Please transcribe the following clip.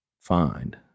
find